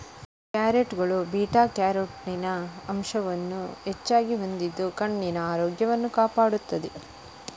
ಕ್ಯಾರೆಟುಗಳು beta carotene ಅಂಶವನ್ನು ಹೆಚ್ಚಾಗಿ ಹೊಂದಿದ್ದು ಕಣ್ಣಿನ ಆರೋಗ್ಯವನ್ನು ಕಾಪಾಡುತ್ತವೆ